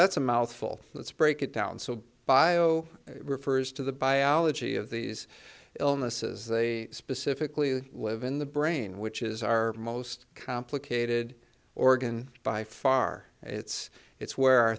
that's a mouthful let's break it down so bio refers to the biology of these illnesses they specifically live in the brain which is our most complicated organ by far it's it's where our